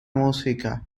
música